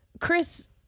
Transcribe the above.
Chris